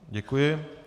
Děkuji.